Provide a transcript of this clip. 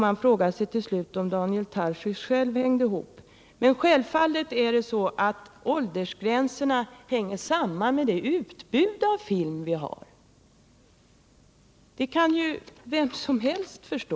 Man frågar sig till slut om Daniel Tarschys själv hängde ihop. Men självfallet hänger åldersgränserna samman med utbudet av film — det kan ju vem som helst förstå.